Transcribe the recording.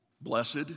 Blessed